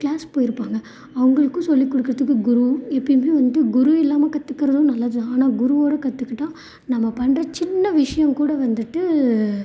class போயி இருப்பாங்க அவங்களுக்கும் சொல்லி கொடுக்குறதுக்கு குரு எப்பையுமே வந்துவிட்டு குரு இல்லாம கற்றுக்குறதும் நல்லது தான் ஆனால் குருவோட கற்றுக்கிட்டா நம்ம பண்ணுற சின்ன விஷயம் கூட வந்துவிட்டு